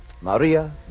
Maria